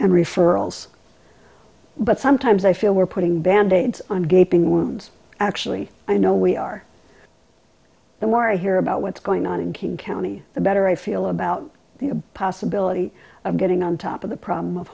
and referrals but sometimes i feel we're putting band aids on gaping wounds actually i know we are the more i hear about what's going on in king county the better i feel about the possibility of getting on top of the problem of